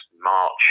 March